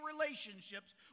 relationships